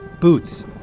boots